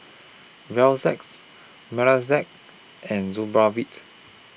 and Supravit